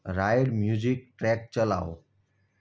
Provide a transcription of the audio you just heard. ride music track ચલાવો